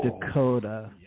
Dakota